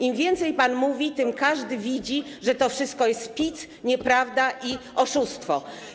Im więcej pan mówi, tym bardziej każdy widzi, że to wszystko jest pic, nieprawda i oszustwo.